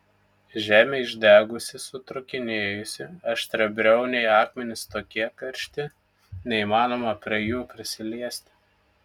žemė išdegusi sutrūkinėjusi aštriabriauniai akmenys tokie karšti neįmanoma prie jų prisiliesti